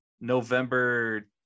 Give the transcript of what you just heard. November